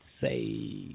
say